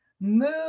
move